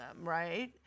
right